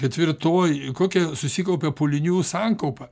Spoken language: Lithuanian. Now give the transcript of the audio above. ketvirtoj kokia susikaupia pūlinių sankaupa